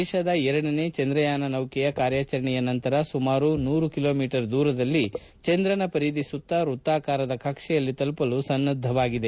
ದೇಶದ ಎರಡನೇ ಚಂದ್ರಯಾನ ನೌಕೆಯ ಕಾರ್ಯಾಚರಣೆಯ ನಂತರ ಸುಮಾರು ನೂರು ಕಿಲೋಮೀಟರ್ ದೂರದಲ್ಲಿ ಚಂದ್ರನ ಪರಿಧಿ ಸುತ್ತ ವೃತ್ತಾಕಾರದ ಕಕ್ಷೆಯಲ್ಲಿ ತಲುಪಲು ಸನ್ನದ್ದವಾಗಿದೆ